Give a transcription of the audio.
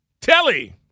Telly